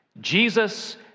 Jesus